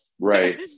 right